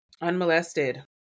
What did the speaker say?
unmolested